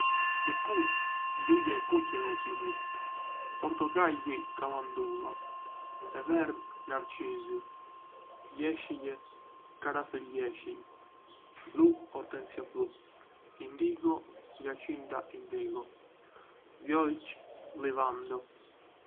E kuqe: Lulja e kuqe e opiumit Portokalli: Kalandula E verdhë: Narcisi Jeshile: Karafili jeshil Blu: Ortensia blu Indigo: Jacintha indigo Vjollcë: Livando